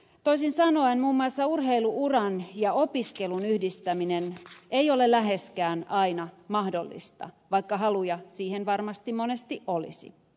toisin sanoen muun muassa urheilu uran ja opiskelun yhdistäminen ei ole läheskään aina mahdollista vaikka haluja siihen varmasti monesti olisi